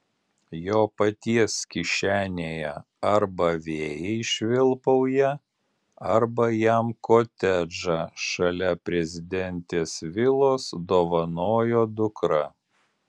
jo paties kišenėje arba vėjai švilpauja arba jam kotedžą šalia prezidentės vilos dovanojo dukra